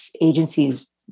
agencies